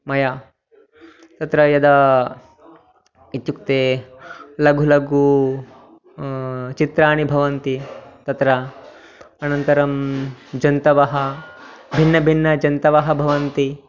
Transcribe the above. मया तत्र यदा इत्युक्ते लघुलघु चित्राणि भवन्ति तत्र अनन्तरं जन्तवः भिन्नभिन्नजन्तवः भवन्ति